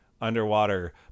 underwater